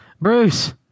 Bruce